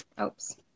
oops